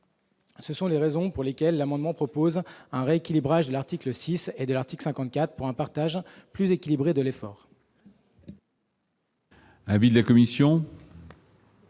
ce sont les raisons pour lesquelles l'amendement propose un rééquilibrage de l'article 6 et de l'article 54 pour un un partage plus équilibré de l'effort.